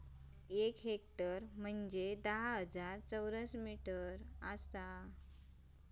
एक हेक्टर म्हंजे धा हजार चौरस मीटर आसा